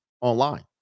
online